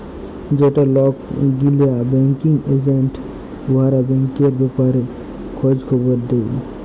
যে লক গিলা ব্যাংকিং এজেল্ট উয়ারা ব্যাংকের ব্যাপারে খঁজ খবর দেই